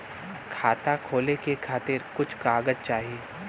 खाता खोले के खातिर कुछ कागज चाही?